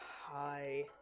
Hi